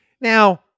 Now